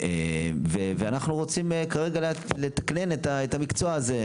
ואנחנו רוצים כרגע לתקנן את המקצוע הזה.